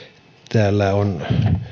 täällä on